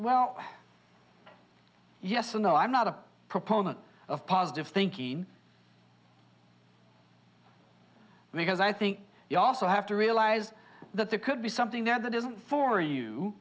well yes and no i'm not a proponent of positive thinking because i think you also have to realize that there could be something there that isn't for you